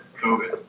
COVID